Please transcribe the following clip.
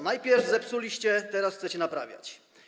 Najpierw zepsuliście, teraz chcecie naprawiać.